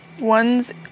Ones